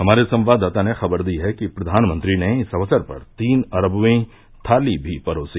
हमारे संवाददाता ने खबर दी है कि प्रधानमंत्री ने इस अवसर पर तीन अरब वीं थाली भी परोसी